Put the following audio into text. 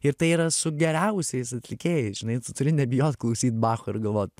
ir tai yra su geriausiais atlikėjais žinai tu turi nebijot klausyt bacho ir galvot